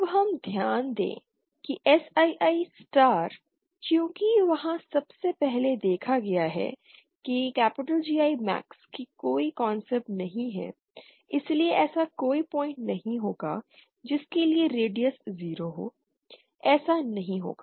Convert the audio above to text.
अब हम ध्यान दें कि Sii स्टार चूँकि वहाँ सबसे पहले देखा गया है कि GI मैक्स की कोई कॉन्सेप्ट नहीं है इसलिए ऐसा कोई पॉइंट नहीं होगा जिसके लिए रेडियस 0 हो ऐसा नहीं होगा